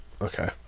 Okay